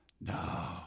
No